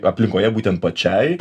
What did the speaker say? aplinkoje būtent pačiai